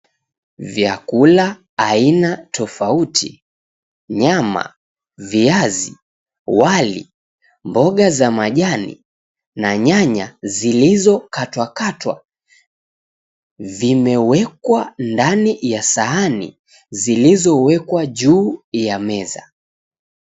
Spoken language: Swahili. Vyakula aina tofauti, nyama, viazi, wali, mboga za majani na nyanya zilizo katwakatwa. Zimewekwa ndani ya sahani zilizowekwa juu ya meza.